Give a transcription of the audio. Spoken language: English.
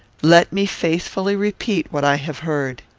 let me faithfully repeat what i have heard.